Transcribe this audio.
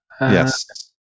Yes